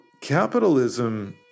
capitalism